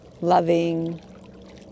loving